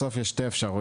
בסוף יש שתי אפשרויות.